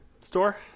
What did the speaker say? store